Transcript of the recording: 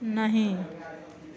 नहि